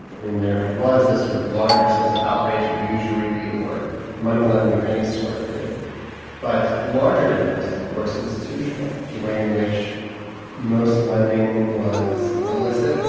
i mean there was a sort of larger sense of outrage at usury, or money-lending of any sort. but the larger difference is of course institutional, the way in which most lending was illicit,